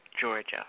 Georgia